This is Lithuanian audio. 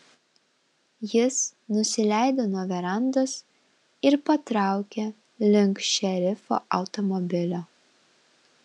jis nusileido nuo verandos ir patraukė link šerifo automobilio